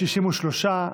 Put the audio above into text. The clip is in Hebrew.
63,